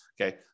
Okay